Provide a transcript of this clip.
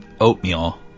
oatmeal